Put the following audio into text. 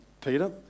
peter